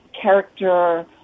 character